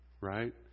Right